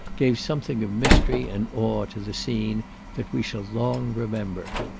gave something of mystery and awe to the scene that we shall long remember.